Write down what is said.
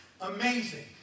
amazing